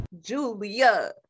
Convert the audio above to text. Julia